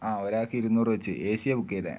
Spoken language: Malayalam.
ആ ഒരാൾക്ക് ഇരുന്നൂറ് വെച്ച് ഏ സിയാണ് ബുക്ക് ചെയ്തത്